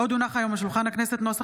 עוד הונח היום על שולחן הכנסת נוסח